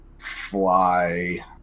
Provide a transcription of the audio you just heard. fly